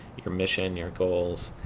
your commission, your goals